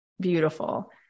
beautiful